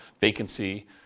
vacancy